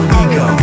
ego